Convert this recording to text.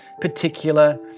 particular